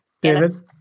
David